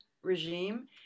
regime